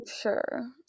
sure